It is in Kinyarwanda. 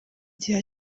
gihe